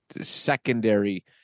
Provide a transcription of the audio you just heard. secondary